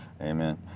Amen